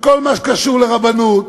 וכל מה שקשור לרבנות,